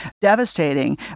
devastating